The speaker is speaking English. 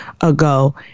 ago